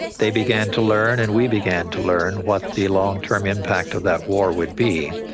they began to learn and we began to learn what the long-term impact of that war would be.